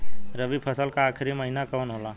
रवि फसल क आखरी महीना कवन होला?